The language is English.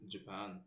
Japan